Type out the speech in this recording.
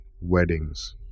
weddings